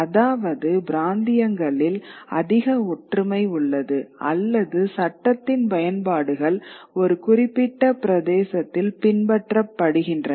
அதாவது பிராந்தியங்களில் அதிக ஒற்றுமை உள்ளது அல்லது சட்டத்தின் பயன்பாடுகள் ஒரு குறிப்பிட்ட பிரதேசத்தில் பின்பற்றப்படுகின்றன